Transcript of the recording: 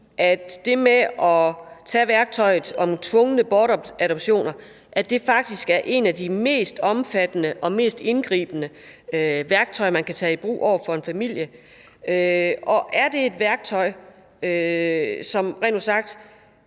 at det med at tage et værktøj som tvungne bortadoptioner i brug faktisk er et af de mest omfattende og mest indgribende værktøjer, man kan tage i brug over for en familie? Er det et værktøj, som rent ud sagt